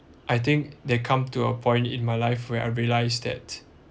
I think they come to a point in my life where I realized that